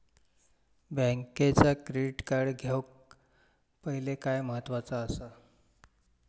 बँकेचा debit card घेउक पाहिले काय महत्वाचा असा?